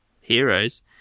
Heroes